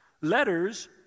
Letters